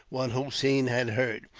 what hossein had heard.